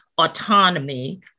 autonomy